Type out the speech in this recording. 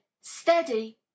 steady